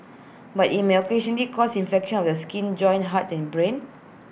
but IT may occasionally cause infections of the skin joints heart and brain